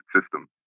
system